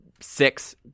six